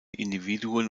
individuen